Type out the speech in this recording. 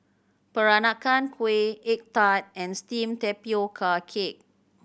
Peranakan Kueh egg tart and steamed tapioca cake